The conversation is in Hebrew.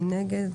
מי נגד?